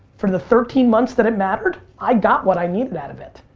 for the thirteen months that it mattered, i got what i needed out of it.